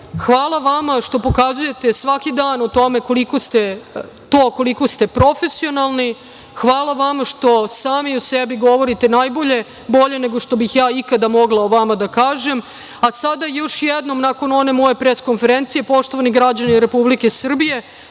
hvala vama što pokazujete svaki dan o tome koliko ste profesionalni, hvala vama što sami o sebi govorite najbolje, bolje nego što bih ja ikada mogla o vama da kažem, a sada još jednom nakon one moje pres konferencije, poštovani građani Republike Srbije,